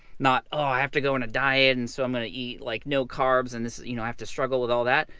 not, oh, i have to go on a diet. and so i'm gonna eat like no carbs and this you know i have to struggle with all that.